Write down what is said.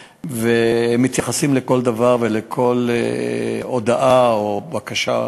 ומתייחסים לכל דבר ולכל הודעה או בקשה,